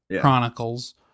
Chronicles